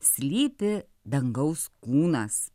slypi dangaus kūnas